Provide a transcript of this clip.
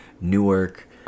Newark